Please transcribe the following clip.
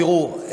תראו,